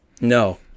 No